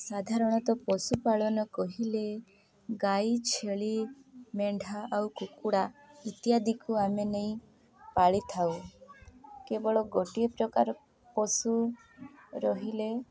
ସାଧାରଣତଃ ପଶୁପାଳନ କହିଲେ ଗାଈ ଛେଳି ମେଣ୍ଢା ଆଉ କୁକୁଡ଼ା ଇତ୍ୟାଦିକୁ ଆମେ ନେଇ ପାଳିଥାଉ କେବଳ ଗୋଟିଏ ପ୍ରକାର ପଶୁ ରହିଲେ